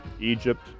Egypt